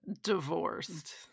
divorced